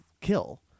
kill